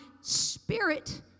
spirit